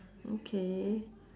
okay